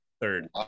third